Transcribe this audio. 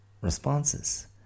responses